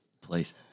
Please